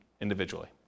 individually